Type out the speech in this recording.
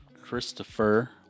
Christopher